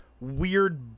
weird